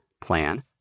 plan